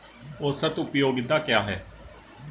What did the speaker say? औसत उपयोगिता क्या है?